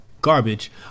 garbage